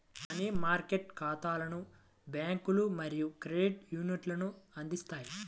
money market ఖాతాలను బ్యాంకులు మరియు క్రెడిట్ యూనియన్లు అందిస్తాయి